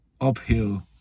uphill